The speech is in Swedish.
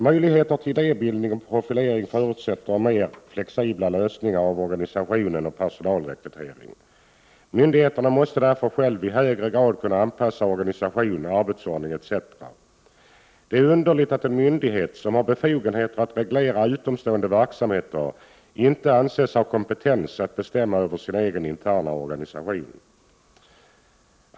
Möjlighet till idébildning och profilering förutsätter mer flexibla lösningar när det gäller organisation och personalrekrytering. Myndigheterna måste därför själva i högre grad kunna anpassa organisation, arbetsordningar etc. Det är underligt att en myndighet som har befogenheter att reglera utomståendes verksamheter inte anses ha kompetens att bestämma om sin egen interna organisation.